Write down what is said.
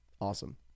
Awesome